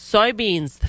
Soybeans